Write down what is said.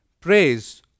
praise